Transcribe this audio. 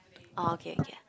oh okay K